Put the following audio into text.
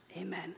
Amen